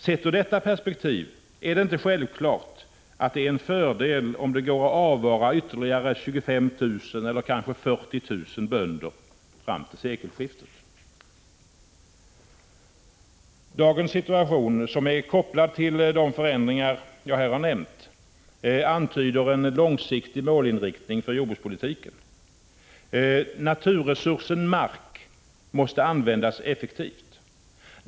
Sett ur detta perspektiv är Jordbruksdeparte det inte självklart att det är en fördel om det går att avvara ytterligare 25 000 TIER budget eller kanske 40 000 bönder fram till sekelskiftet. förslag Dagens situation, som är kopplad till de förändringar jag här har nämnt, antyder en långsiktig målinriktning för jordbrukspolitiken. Naturresursen mark måste användas effektivt.